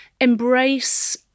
embrace